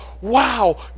wow